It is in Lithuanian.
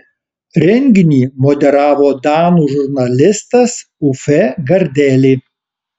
renginį moderavo danų žurnalistas uffe gardeli